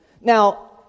Now